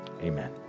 amen